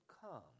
come